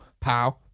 Pow